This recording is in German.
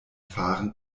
fahren